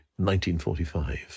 1945